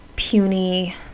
puny